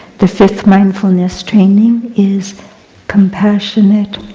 the fifth mindfulness training is compassionate,